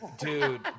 Dude